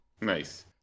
Nice